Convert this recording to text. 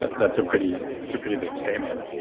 that's a pretty and so pretty big statement.